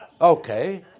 Okay